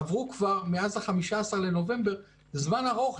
עבר מאז ה-15 בנובמבר זמן ארוך,